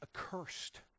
accursed